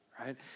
right